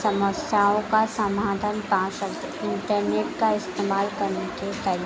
समस्याओं का समाधान पा सकते इंटरनेट का इस्तेमाल करने के तरीके